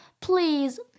please